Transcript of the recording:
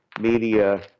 media